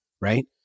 right